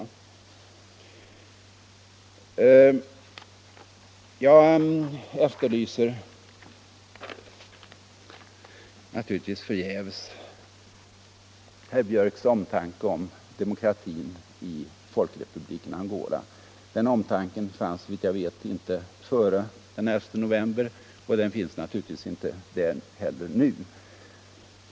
Det är nu rörande att lyssna till herr Björcks i Nässjö omtanke om demokratin i Folkrepubliken Angola. Någon sådan omtanke fanns inte före den 11 november och finns naturligtvis inte nu heller.